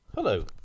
Hello